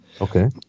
Okay